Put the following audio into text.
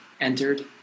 entered